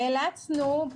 נאלצנו,